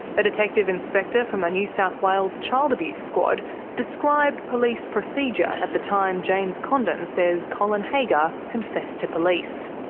a detective inspector from the new south wales child abuse squad described police procedure at the time james condon says colin haggar confessed to police.